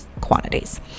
quantities